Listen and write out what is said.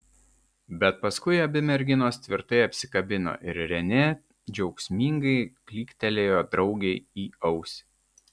bet paskui abi merginos tvirtai apsikabino ir renė džiaugsmingai klyktelėjo draugei į ausį